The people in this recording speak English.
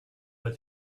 but